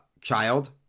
child